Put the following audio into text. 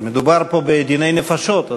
מדובר פה בדיני נפשות,